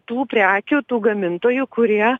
tų prekių tų gamintojų kurie